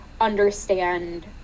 understand